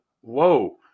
whoa